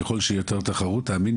ככל שיהיו יותר מחלקות ותחרות תאמיני